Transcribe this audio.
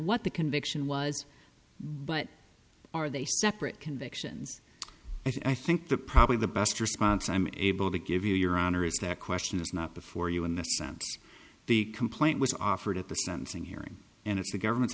what the conviction was but are they separate convictions i think the probably the best response i'm able to give you your honor is that question is not before you in the sense the complaint was offered at the sentencing hearing and it's the government's